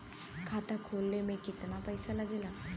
खाता खोले में कितना पैसा लगेला?